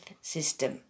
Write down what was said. system